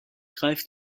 greift